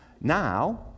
Now